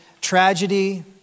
tragedy